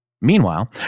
Meanwhile